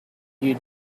you